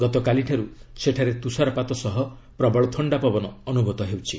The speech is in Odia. ଗତକାଲିଠାରୁ ସେଠାରେ ତୁଷାରପାତ ସହ ପ୍ରବଳ ଥଣ୍ଡାପବନ ଅନୁଭୂତ ହେଉଛି